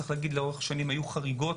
צריך להגיד שלאורך השנים היו חריגות,